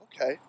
Okay